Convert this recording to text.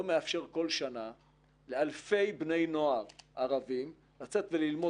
לא מאפשר כל שנה לאלפי בני נוער ערבים לצאת וללמוד